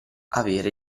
avere